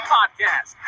Podcast